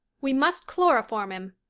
we must chloroform him,